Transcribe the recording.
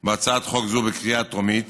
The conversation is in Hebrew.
בהצעת חוק זו בקריאה טרומית